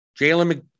Jalen